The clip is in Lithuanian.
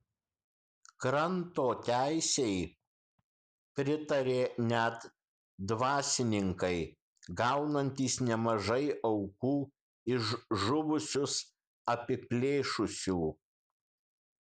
kranto teisei pritarė net dvasininkai gaunantys nemažai aukų iš žuvusius apiplėšusių